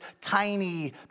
tiny